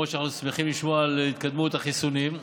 אנחנו שמחים לשמוע על התקדמות החיסונים,